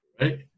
right